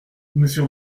monsieur